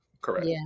Correct